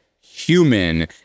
human